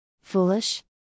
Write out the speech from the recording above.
Foolish